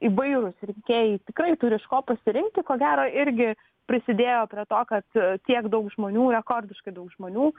įvairūs rinkėjai tikrai turi iš ko pasirinkti ko gero irgi prisidėjo prie to kad tiek daug žmonių rekordiškai daug žmonių